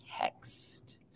text